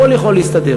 הכול יכול להסתדר.